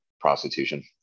prostitution